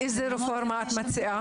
איזה רפורמה את מציעה?